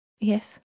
Yes